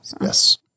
Yes